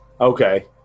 Okay